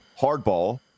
hardball